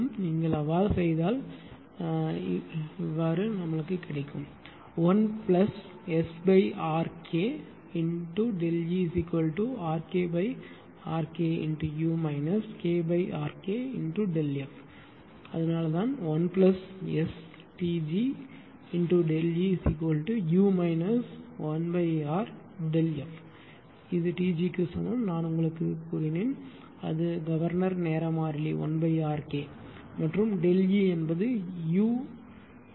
நீங்கள் அவ்வாறு செய்தால் நான் இதை இப்படி செய்கிறேன் 1SRKΔERKRKu KRKΔF அதனால் தான் 1STgΔEu 1RΔF T g சமம் நான் உங்களுக்கு சொன்னேன் அது கவர்னர் நேர மாறிலி 1RK சரி